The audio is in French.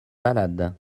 malades